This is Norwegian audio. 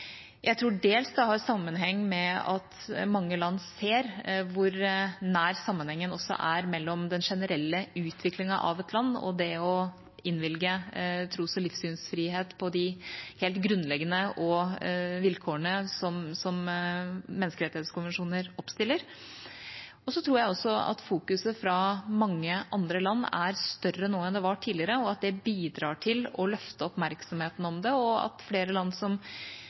Jeg tror dels det har sammenheng med at mange land ser hvor nær sammenhengen også er mellom den generelle utviklingen av et land og det å innvilge tros- og livssynsfrihet på de helt grunnleggende vilkårene som menneskerettighetskonvensjoner oppstiller. Så tror jeg også at det fra mange andre land fokuseres mer på det nå enn tidligere, og at det bidrar til å løfte oppmerksomheten om det, og at flere land som